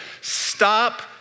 stop